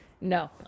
No